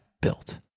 built